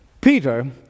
Peter